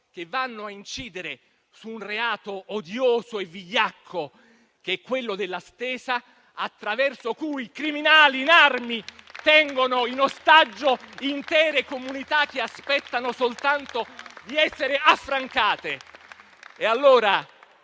ed incidendo su un reato odioso e vigliacco che è quello della stesa attraverso cui criminali in armi tengono in ostaggio intere comunità che aspettano soltanto di essere affrancate.